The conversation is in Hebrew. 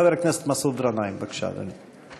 חבר הכנסת מסעוד גנאים, בבקשה, אדוני.